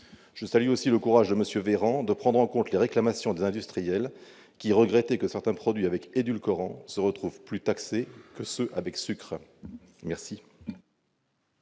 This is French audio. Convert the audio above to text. Je salue aussi le courage de M. Véran, qui a pris en compte les réclamations des industriels qui regrettaient que certains produits avec édulcorants se retrouvent plus taxés que les produits avec sucres.